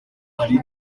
hari